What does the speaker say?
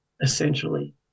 essentially